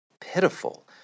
pitiful